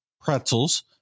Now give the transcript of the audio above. pretzels